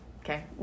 Okay